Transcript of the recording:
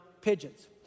pigeons